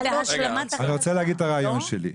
אני רוצה להגיד את הרעיון שלי.